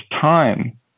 time